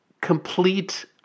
complete